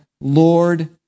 Lord